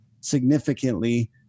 significantly